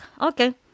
okay